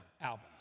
albums